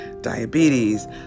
diabetes